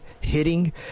hitting